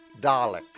Daleks